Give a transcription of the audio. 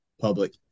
Public